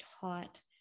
taught